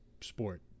sport